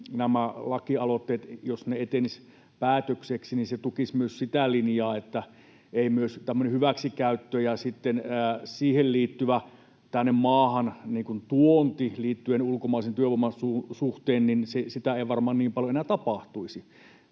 nämä lakialoitteet, jos ne etenisivät päätöksiksi, tukisivat myös sitä linjaa, että ei myöskään tämmöistä hyväksikäyttöä ja siihen liittyvää maahantuontia ulkomaisen työvoiman suhteen varmaan niin paljon enää tapahtuisi.